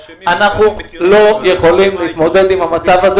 אנחנו לא יכולים להתמודד עם המצב הזה.